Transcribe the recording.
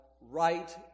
right